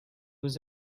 was